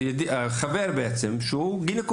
היה לי חבר גינקולוג,